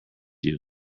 you